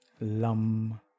Lum